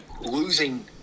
losing